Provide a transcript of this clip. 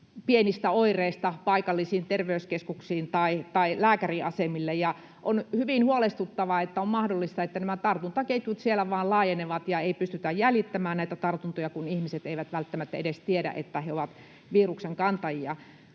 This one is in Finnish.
pienistä oireista paikallisiin terveyskeskuksiin tai lääkäriasemille, ja on hyvin huolestuttavaa, että on mahdollista, että nämä tartuntaketjut siellä vain laajenevat ja ei pystytä jäljittämään näitä tartuntoja, kun ihmiset eivät välttämättä edes tiedä, että he ovat viruksen kantajia.